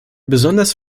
besonders